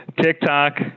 TikTok